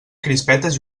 crispetes